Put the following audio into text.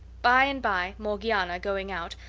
by and by morgiana, going out,